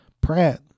Pratt